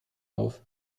auf